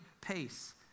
pace